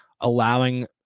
allowing